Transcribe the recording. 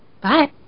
Bye